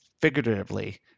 figuratively